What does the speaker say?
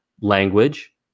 language